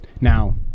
Now